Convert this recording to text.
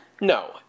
No